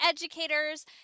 Educators